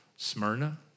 Smyrna